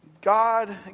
God